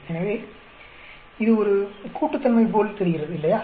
எனவே இது ஒரு கூட்டுத்தன்மை போல் தெரிகிறது இல்லையா